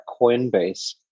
Coinbase